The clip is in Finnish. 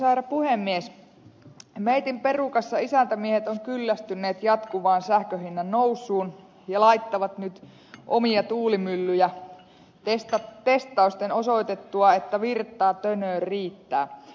meitin perukassa isäntämiehet on kyllästyneet jatkuvaan sähkönhinnan nousuun ja laittavat nyt omia tuulimyllyjä testausten osoitettua että virtaa tönöön riittää